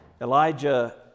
Elijah